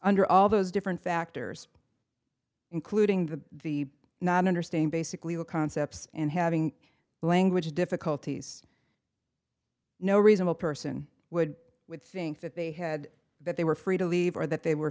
under all those different factors including the not understand basic legal concepts and having language difficulties no reasonable person would think that they had that they were free to leave or that they were